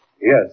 Yes